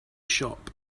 shop